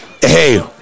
hey